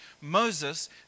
Moses